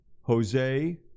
jose